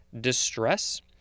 distress